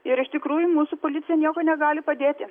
ir iš tikrųjų mūsų policija nieko negali padėti